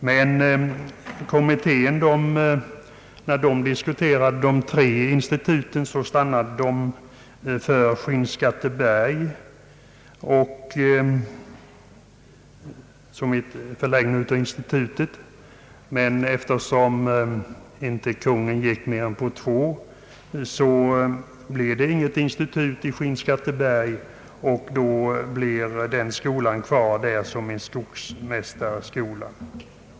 När kommittén diskuterade de tre instituten stannade man för Skinnskatteberg som förläggningsort för ett av instituten. Men eftersom Kungl. Maj:t inte gick med på mer än två institut, blev det inte något institut i Skinnskatteberg. Skolan där blir då kvar som skogsmästarskola.